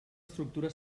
estructura